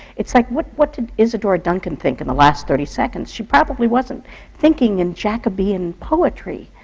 it's like, what what did isadora duncan think, in the last thirty seconds? she probably wasn't thinking in jacobean poetry,